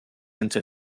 into